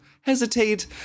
hesitate